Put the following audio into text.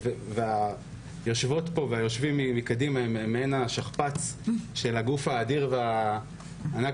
היושבות והיושבים מקדימה הם מעין השכפ"צ של הגוף האדיר והענק